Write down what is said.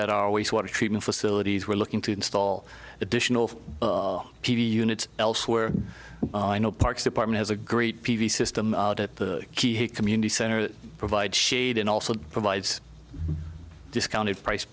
at our waste water treatment facilities we're looking to install additional p v units elsewhere i know parks department has a great p v system at the key he community center provide shade and also provides discounted price